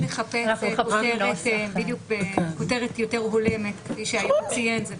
נחפש כותרת יותר הולמת, כפי שהיו"ר ציין.